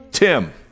Tim